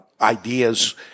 ideas